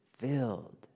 filled